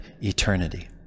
eternity